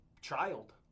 child